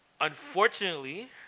unfortunately